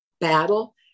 battle